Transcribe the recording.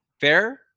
Fair